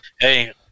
hey